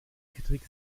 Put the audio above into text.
kritik